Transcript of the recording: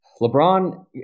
LeBron